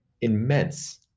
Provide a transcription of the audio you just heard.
immense